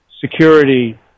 security